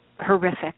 horrific